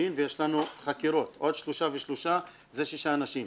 ויש לנו חקירות עוד שלושה ושלושה - זה 6 אנשים.